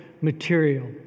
material